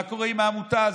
מה קורה עם העמותה הזאת,